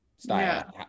style